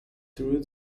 through